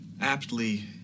aptly